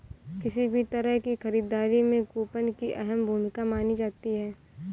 किसी भी तरह की खरीददारी में कूपन की अहम भूमिका मानी जाती है